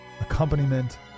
accompaniment